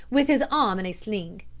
with his arm in a sling.